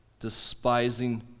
despising